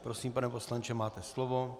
Prosím, pane poslanče, máte slovo.